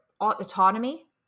autonomy